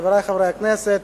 חברי חברי הכנסת,